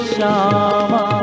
Shama